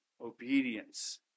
Obedience